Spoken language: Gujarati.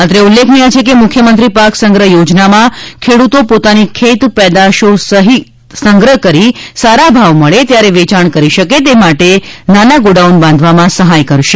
અત્રે ઉલ્લેખનીય છે કે મુખ્યમંત્રી પાક સંગ્રહ યોજનામાં ખેડૂતો પોતાની ખેદ પેદાશ સંગ્રહ કરી સારા ભાવ મળે ત્યારે વેચાણ કરી શકે તે માટે નાના ગોડાઉન બાંધવામાં સહાય કરશે